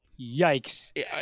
yikes